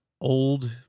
old